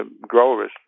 growers